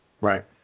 Right